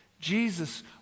jesus